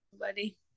buddy